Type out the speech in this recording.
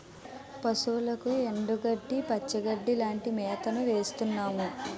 పశువులకు ఎండుగడ్డి, పచ్చిగడ్డీ లాంటి మేతను వేస్తున్నాము